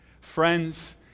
Friends